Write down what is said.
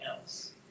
else